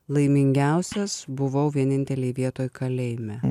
laimingiausias buvau vienintelėj vietoj kalėjime